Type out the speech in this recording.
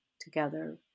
together